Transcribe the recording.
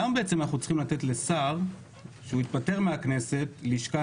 למה בעצם אנחנו צריכים לתת לשר שהוא התפטר מהכנסת לשכה,